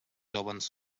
jóvens